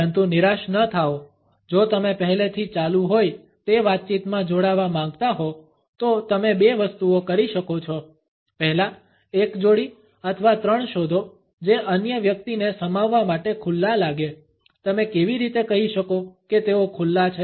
પરંતુ નિરાશ ન થાઓ જો તમે પહેલેથી ચાલુ હોય તે વાતચીતમાં જોડાવા માંગતા હો તો તમે બે વસ્તુઓ કરી શકો છો પહેલા એક જોડી અથવા ત્રણ શોધો જે અન્ય વ્યક્તિને સમાવવા માટે ખુલ્લા લાગે તમે કેવી રીતે કહી શકો કે તેઓ ખુલ્લા છે